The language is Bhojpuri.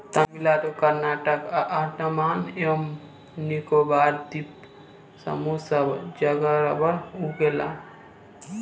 तमिलनाडु कर्नाटक आ अंडमान एवं निकोबार द्वीप समूह सब जगे रबड़ उगेला